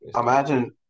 Imagine